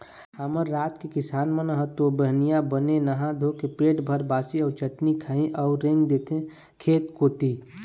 हमर राज के किसान मन ह तो बिहनिया बने नहा धोके पेट भर बासी अउ चटनी खाही अउ रेंग देथे खेत कोती